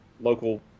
local